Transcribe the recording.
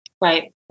Right